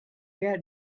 got